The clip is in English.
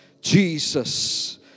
Jesus